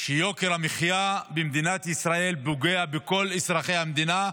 שיוקר המחיה במדינת ישראל פוגע בכל אזרחי המדינה,